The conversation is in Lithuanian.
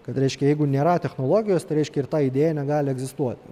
kad reiškia jeigu nėra technologijos tai reiškia ir ta idėja negali egzistuoti